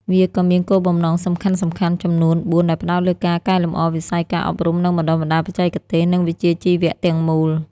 វាក៏មានគោលបំណងសំខាន់ៗចំនួន ៤ ដែលផ្តោតលើការកែលម្អវិស័យការអប់រំ និងបណ្តុះបណ្តាលបច្ចេកទេស និងវិជ្ជាជីវៈទាំងមូល។